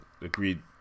agreed